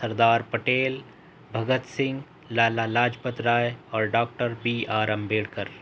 سردار پٹیل بھگت سنگھ لالا لاجپت رائے اور doctor B R Ambedkar